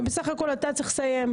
ובסך הכול אתה צריך לסיים.